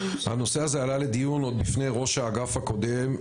הנושא הזה עלה לדיון עוד בפני ראש האגף הקודם,